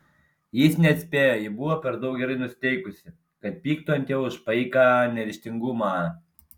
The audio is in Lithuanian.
jis neatspėjo ji buvo per daug gerai nusiteikusi kad pyktų ant jo už paiką neryžtingumą